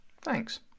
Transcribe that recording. Thanks